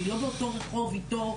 שהיא לא באותו רחוב אתו,